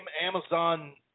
Amazon